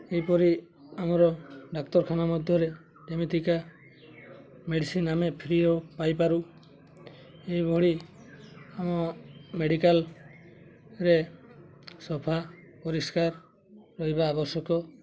ଏହିପରି ଆମର ଡାକ୍ତରଖାନା ମଧ୍ୟରେ ଏମିତିକା ମେଡ଼ିସିନ୍ ଆମେ ଫ୍ରି ଓ ପାଇପାରୁ ଏହିଭଳି ଆମ ମେଡ଼ିକାଲରେ ସଫା ପରିଷ୍କାର ରହିବା ଆବଶ୍ୟକ